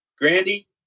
Grandy